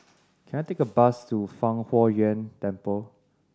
can I take a bus to Fang Huo Yuan Temple